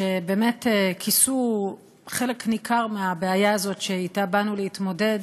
שכיסו חלק ניכר מהבעיה הזאת שאתה באנו להתמודד